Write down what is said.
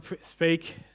speak